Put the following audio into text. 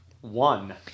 one